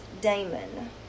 damon